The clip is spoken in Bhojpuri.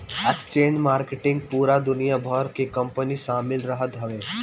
एक्सचेंज मार्किट पूरा दुनिया भर के कंपनी शामिल रहत हवे